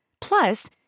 Plus